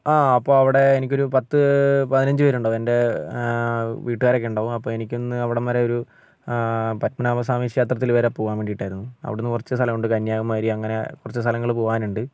ആ അപ്പോൾ അവിടെ എനിക്കൊരു പത്ത് പതിനഞ്ച് പേരുണ്ടാവും എൻ്റെ വീട്ടുകാരൊക്കെ ഉണ്ടാവും അപ്പോൾ എനിക്കൊന്ന് അവിടം വരെ ഒരു പത്മനാഭസ്വാമി ക്ഷേത്രത്തിൽ വരെ പോവാൻ വേണ്ടിയിട്ടായിരുന്നു അവിടുന്ന് കുറച്ച് സ്ഥലമുണ്ട് കന്യാകുമാരി അങ്ങനെ കുറച്ച് സ്ഥലങ്ങൾ പോവാനുണ്ട്